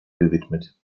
gewidmet